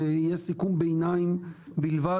ויהיה סיכום ביניים בלבד,